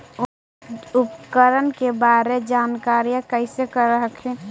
उपकरण के बारे जानकारीया कैसे कर हखिन?